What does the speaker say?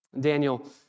Daniel